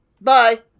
Bye